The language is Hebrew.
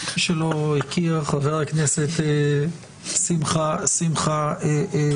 מי שלא מכיר חבר הכנסת שמחה רוטמן,